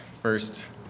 first